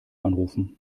anrufen